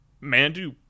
mando